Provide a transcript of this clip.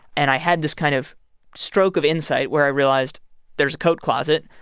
and i had this kind of stroke of insight where i realized there's a coat closet.